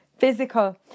physical